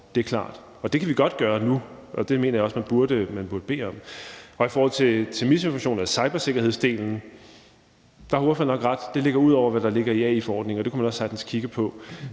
Det er klart. Det kan vi godt gøre nu, og det mener jeg også man burde bede om. I forhold til misinformation omkring cybersikkerhedsdelen har ordføreren nok ret. Det ligger ud over, hvad der ligger i AI-forordningen, og det kunne man også sagtens kigge på.